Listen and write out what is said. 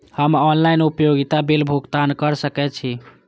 हम ऑनलाइन उपभोगता बिल भुगतान कर सकैछी?